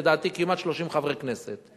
לדעתי כמעט 30 חברי כנסת,